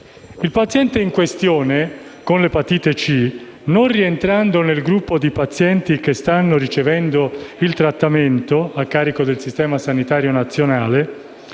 Il paziente in questione, con epatite C, non rientrando nel gruppo di pazienti che stanno ricevendo il trattamento a carico del Servizio sanitario nazionale,